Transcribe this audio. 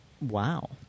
Wow